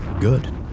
good